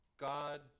God